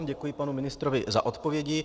Děkuji panu ministrovi za odpovědi.